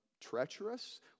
treacherous